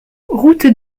route